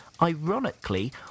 Ironically